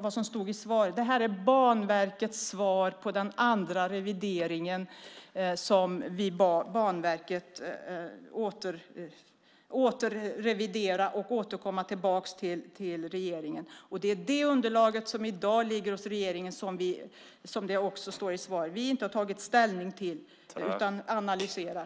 vad som står i svaret. Ja, det här är Banverkets svar på en andra revidering. Vi bad Banverket att återrevidera och att komma tillbaka till regeringen. Det är det underlaget som i dag ligger hos regeringen och som, precis som det står i svaret, vi inte har tagit ställning till utan analyserar.